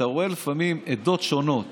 אתה רואה לפעמים עדות שונות